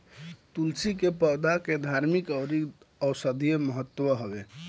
तुलसी के पौधा के धार्मिक अउरी औषधीय महत्व हवे